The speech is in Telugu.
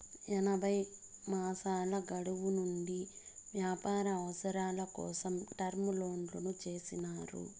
ఎనభై మాసాల గడువు నుండి వ్యాపార అవసరాల కోసం టర్మ్ లోన్లు చేసినారు